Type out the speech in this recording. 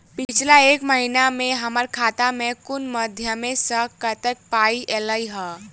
पिछला एक महीना मे हम्मर खाता मे कुन मध्यमे सऽ कत्तेक पाई ऐलई ह?